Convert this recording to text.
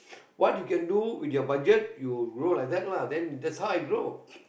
what you can do with your budget you grow like that lah then that's how I grow